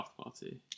party